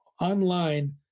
online